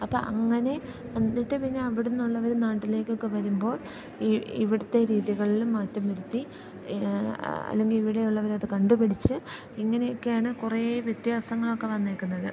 അപ്പോൾ അങ്ങനെ വന്നിട്ട് പിന്നെ അവിടെ നിന്നുള്ളവർ നാട്ടിലേക്കൊക്കെ വരുമ്പോൾ ഇവിടുത്തെ രീതികളിൽ മാറ്റം വരുത്തി അല്ലെങ്കിൽ ഇവിടെയുള്ളവർ അതു കണ്ടുപിടിച്ച് ഇങ്ങനെയൊക്കെയാണ് കുറേ വ്യത്യാസങ്ങളൊക്കെ വന്നിരിക്കുന്നത്